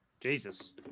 Jesus